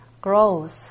grows